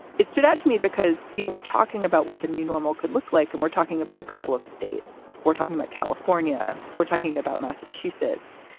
it stood out to me because, you know, we're talking about what the new normal could look like. and we're talking about a couple of states. we're talking about california. we're talking about massachusetts.